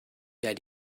der